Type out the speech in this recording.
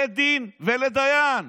לית דין ולית דיין,